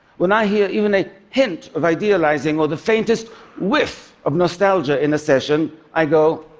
when i hear even a hint of idealizing or the faintest whiff of nostalgia in a session, i go,